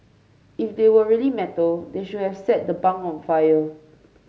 if they were really metal they should have set the bunk on fire